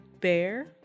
bear